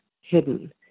hidden